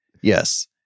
yes